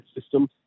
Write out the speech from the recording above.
system